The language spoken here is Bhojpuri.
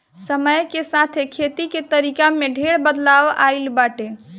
समय के साथे खेती के तरीका में ढेर बदलाव आइल बाटे